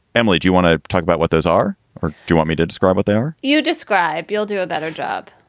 emily, do you want to talk about what those are or do you want me to describe what they are? you describe you'll do a better job.